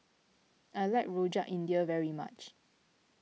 I like Rojak India very much